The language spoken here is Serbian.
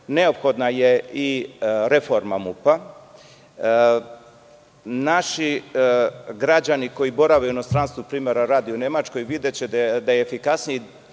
neophodna je i reforma MUP.Naši građani koji borave u inostranstvu, primera radi u Nemačkoj, videće da je efikasniji